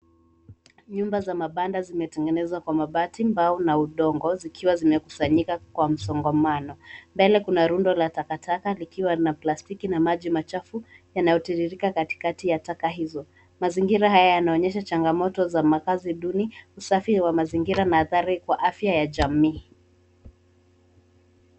Nyumba za mabanda zimetengenezwa kwa mabati, mbao na udongo zikiwa zimekusanyika kwa msongamano. Mbele kuna rundo la takataka likiwa na plastiki na maji machafu yanayotiririka katikati ya taka hizo. Mazingira haya yanaonyesha changamoto za makazi duni, usafi wa mazingira mahadhari kwa afya ya jamii.